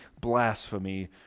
blasphemy